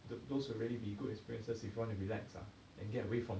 that those would really be good experiences if you wanna relax ah and get away from